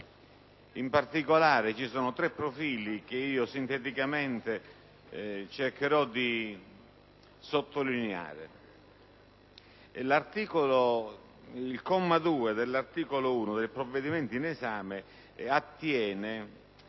in particolare, ve ne sono tre che sinteticamente cercherò di sottolineare. Il comma 2 dell'articolo 1 del provvedimento in esame attiene